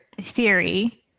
theory